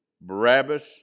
Barabbas